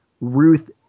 Ruth